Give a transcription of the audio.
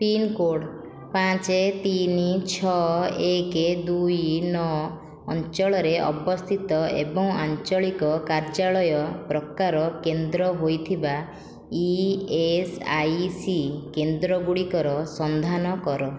pincode ପାଞ୍ଚ ତିନି ଛଅ ଏକ ଦୁଇ ନଅ ଅଞ୍ଚଳରେ ଅବସ୍ଥିତ ଏବଂ ଆଞ୍ଚଳିକ କାର୍ଯ୍ୟାଳୟ ପ୍ରକାର କେନ୍ଦ୍ର ହୋଇଥିବା ଇ ଏସ୍ ଆଇ ସି କେନ୍ଦ୍ର ଗୁଡ଼ିକର ସନ୍ଧାନ କର